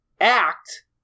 act